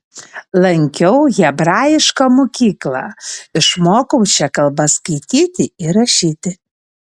lankiau hebrajišką mokyklą išmokau šia kalba skaityti ir rašyti